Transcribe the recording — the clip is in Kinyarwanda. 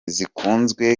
zikunzwe